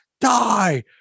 die